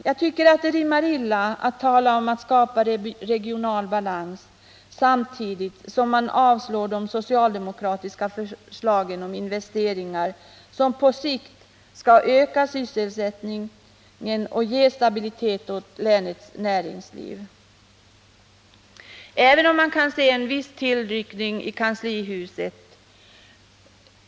Jag tycker att det rimmar illa att tala om att skapa regional balans, samtidigt som man avslår de socialdemokratiska förslagen om investeringar som på sikt skulle öka sysselsättningen och ge stabilitet åt länets näringsliv. En viss tillnyktring kan dock förmärkas i kanslihuset.